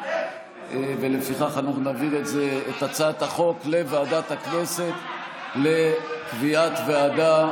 לפיכך אנחנו נעביר את הצעת החוק לוועדת הכנסת לקביעת ועדה,